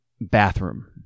bathroom